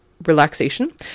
relaxation